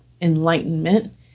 enlightenment